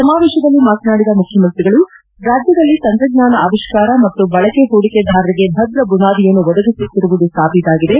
ಸಮಾವೇಶದಲ್ಲಿ ಮಾತನಾಡಿದ ಮುಖ್ಯಮಂತ್ರಿಗಳು ರಾಜ್ಯದಲ್ಲಿ ತಂತ್ರಜ್ಞಾನ ಆವಿಷ್ಠಾರ ಮತ್ತು ಬಳಕೆ ಹೂಡಿಕೆದಾರರಿಗೆ ಭದ್ರ ಬುನಾದಿಯನ್ನು ಒದಗಿಸುತ್ತಿರುವುದು ಸಾಬೀತಾಗಿದೆ